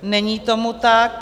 Není tomu tak.